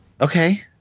Okay